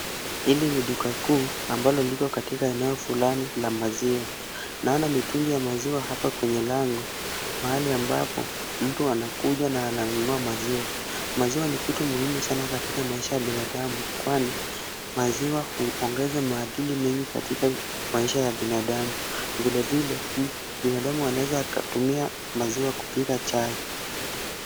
Hili ni duka kuu ambalo liko katika eneo fulani la maziwa. Naona mitungi ya maziwa hapa kwenye lango mahali ambapo mtu anakuja na ananunua maziwa. Maziwa ni kitu muhimu sana katika maisha ya binadamu kwani maziwa huongeza maadili mengi katika maisha ya binadamu. Vilevile binadamu anaweza kutumia maziwa kupika chai.